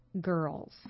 girls